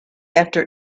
after